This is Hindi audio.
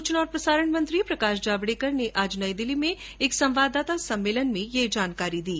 सुचना और प्रसारण मंत्री प्रकाश जावड़ेकर ने आज नई दिल्ली में एक संवाददाता सम्मेलन में ये जानकारी दी